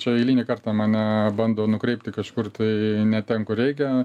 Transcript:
čia eilinį kartą mane bando nukreipti kažkur tai ne ten kur reikia